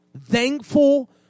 thankful